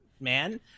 man